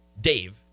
Dave